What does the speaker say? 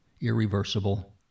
irreversible